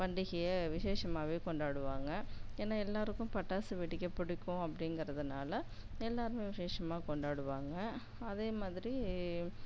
பண்டிகையை விசேஷமாகவே கொண்டாடுவாங்க ஏன்னா எல்லாருக்கும் பட்டாசு வெடிக்க பிடிக்கும் அப்படிங்கறதுனால எல்லாருமே விசேஷமாக கொண்டாடுவாங்க அதேமாதிரி